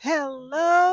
Hello